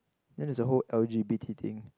then there's a whole L_G_B_T thing